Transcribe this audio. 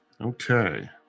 Okay